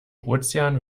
ozean